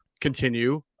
continue